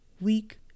Week